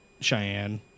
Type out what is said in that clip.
Cheyenne